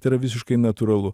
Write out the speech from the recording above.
tai yra visiškai natūralu